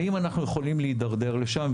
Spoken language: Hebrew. האם אנחנו יכולים להידרדר לשם?